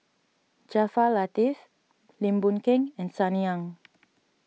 Jaafar Latiff Lim Boon Keng and Sunny Ang